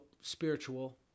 spiritual